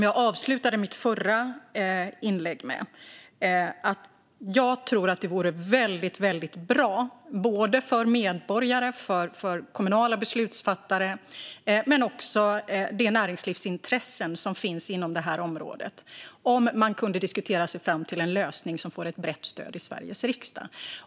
Jag avslutade mitt förra inlägg med att jag tror att det vore mycket bra för medborgarna, de kommunala beslutsfattarna och de näringslivsintressen som finns på området om man kunde diskutera sig fram till en lösning som får ett brett stöd i Sveriges riksdag.